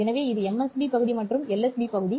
எனவே இது MSB பகுதி மற்றும் இது LSB பகுதி